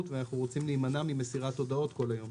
ואנחנו רוצים להימנע ממסירת הודעות כל היום.